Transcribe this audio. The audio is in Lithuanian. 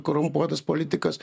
korumpuotas politikas